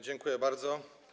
Dziękuję bardzo.